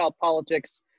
politics